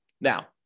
Now